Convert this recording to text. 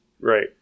right